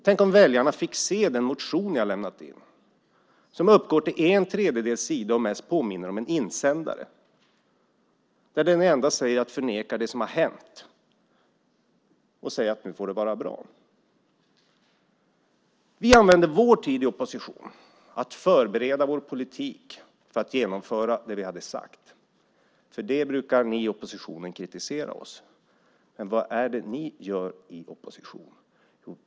Tänk om väljarna fick se den motion ni har lämnat in, som uppgår till en tredjedels sida och mest påminner om en insändare! Det enda ni gör är att förneka det som har hänt och säger att nu får det vara bra. Vi använde vår tid i opposition till att förbereda vår politik för att genomföra det vi hade sagt. För det brukar ni i oppositionen kritisera oss. Men vad är det ni gör i opposition?